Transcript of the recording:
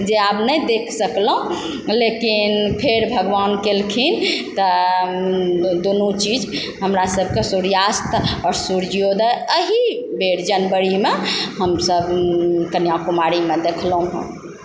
जे आब नहि देख सकलहुँ लेकिन फेर भगवान केलखिन तऽ दुनू चीज हमरा सबके सूर्यास्त आओर सूर्योदय अही बेर जनवरीमे हमसब कन्याकुमारीमे देखलहुँ हँ